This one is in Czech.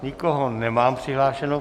Nikoho nemám přihlášeného.